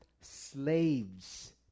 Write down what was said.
slaves